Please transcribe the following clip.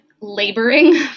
laboring